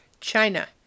China